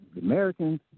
Americans